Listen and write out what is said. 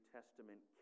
Testament